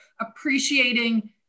appreciating